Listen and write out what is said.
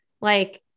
like-